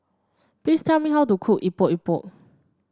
please tell me how to cook Epok Epok